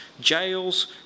jails